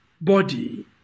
body